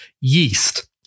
yeast